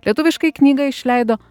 lietuviškai knygą išleido